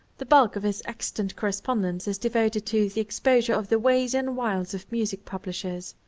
the bulk of his extant correspondence is devoted to the exposure of the ways and wiles of music publishers.